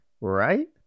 right